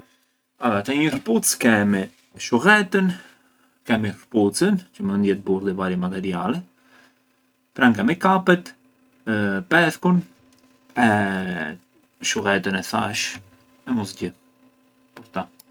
Te një këpucë shulletën, kemi këpucën çë mënd jetë burë di vari materiali, pranë kemi kapet, pethkun e shulletën e thashë e mosgjë.